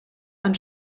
han